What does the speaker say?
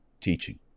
teaching